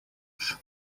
noč